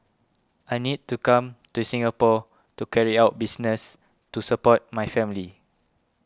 I need to come to Singapore to carry out business to support my family